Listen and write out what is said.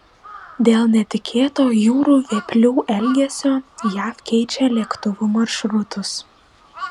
dėl netikėto jūrų vėplių elgesio jav keičia lėktuvų maršrutus